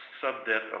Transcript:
sub-debt